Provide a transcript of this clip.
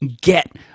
get